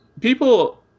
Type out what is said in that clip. People